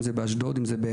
אם זה באשדוד או אילת.